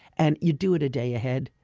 and you do it a day ahead,